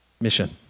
Mission